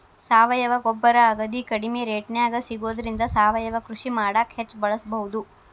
ಸಾವಯವ ಗೊಬ್ಬರ ಅಗದಿ ಕಡಿಮೆ ರೇಟ್ನ್ಯಾಗ ಸಿಗೋದ್ರಿಂದ ಸಾವಯವ ಕೃಷಿ ಮಾಡಾಕ ಹೆಚ್ಚ್ ಬಳಸಬಹುದು